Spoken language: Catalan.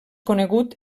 conegut